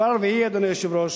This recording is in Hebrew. אדוני היושב-ראש,